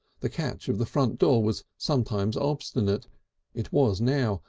the catch of the front door was sometimes obstinate it was now,